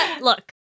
look